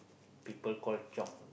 people call chiong